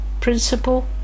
principle